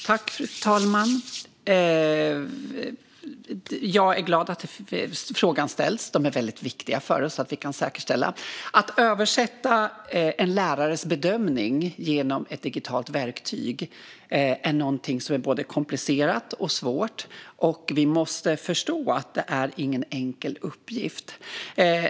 Fru talman! Jag är glad att frågan ställs. Det är väldigt viktigt för oss att vi kan säkerställa detta. Att översätta en lärares bedömning genom ett digitalt verktyg är någonting som är både komplicerat och svårt. Vi måste förstå att det inte är en enkel uppgift.